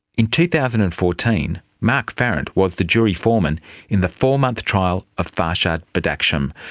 in two thousand and fourteen, mark farrant was the jury foreman in the four-month trial of farshad badakhshan,